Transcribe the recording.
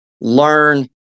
learn